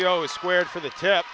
io squared for the tip